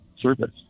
service